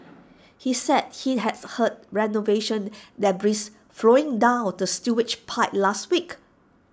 he said he had heard renovation debris flowing down the pipe last week